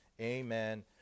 Amen